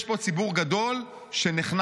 יש פה ציבור גדול שנחנק.